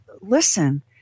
listen